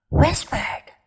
whispered